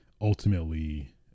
ultimately